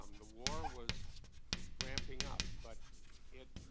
um the war was ramping up. but it